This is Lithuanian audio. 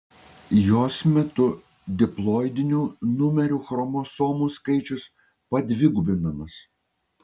jos metu diploidinių numerių chromosomų skaičius padvigubinamas